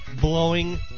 blowing